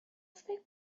فکر